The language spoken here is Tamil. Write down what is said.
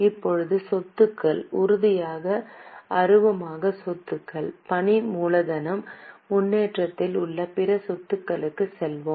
இப்போது சொத்துக்கள் உறுதியான அருவமான சொத்துக்கள் பணி மூலதனம் முன்னேற்றத்தில் உள்ள பிற சொத்துக்களுக்கு செல்வோம்